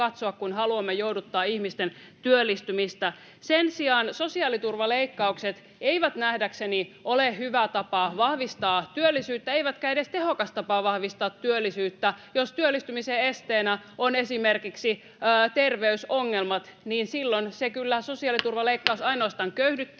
kun haluamme jouduttaa ihmisten työllistymistä. Sen sijaan sosiaaliturvaleikkaukset eivät nähdäkseni ole hyvä tapa vahvistaa työllisyyttä eivätkä edes tehokas tapa vahvistaa työllisyyttä. Jos työllistymisen esteenä ovat esimerkiksi terveysongelmat, niin silloin kyllä sosiaaliturvaleikkaus